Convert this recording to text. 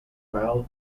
file